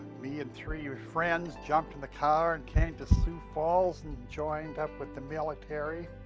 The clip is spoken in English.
me and three friends jumped in the car and came to sioux falls and joined up with the military.